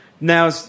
Now